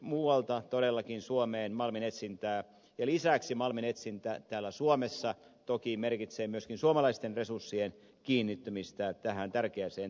muualta todellakin suomeen tullaan malminetsintään ja lisäksi malminetsintä täällä suomessa toki merkitsee myöskin suomalaisten resurssien kiinnittymistä tähän tärkeään toimintaan